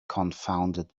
confounded